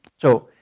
so,